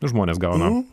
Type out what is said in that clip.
žmonės gauna